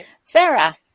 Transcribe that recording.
Sarah